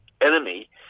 enemy